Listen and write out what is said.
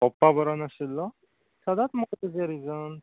पोप्पा बरो नाशिल्लो सदांच मुगो तुजें रिजन्स